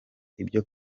ibyo